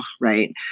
right